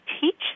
teach